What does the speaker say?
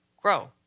grow